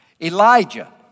Elijah